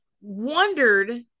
wondered